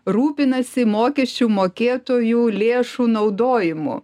rūpinasi mokesčių mokėtojų lėšų naudojimu